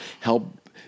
help